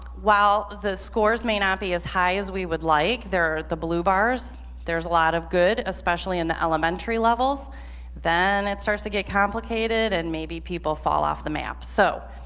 while the scores may not be as high as we would like they're the blue bars there's a lot of good especially in the elementary levels then it starts to get complicated and maybe people fall off the map so